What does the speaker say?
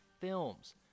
films